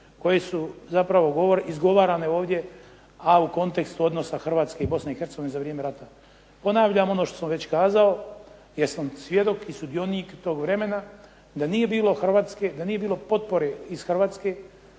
koje su zapravo izgovarane ovdje a u kontekstu odnosa Hrvatske i Bosne i Hercegovine za vrijeme rata. Ponavljam ono što sam već kazao, jer sam svjedok i sudionik tog vremena, da nije bilo Hrvatske,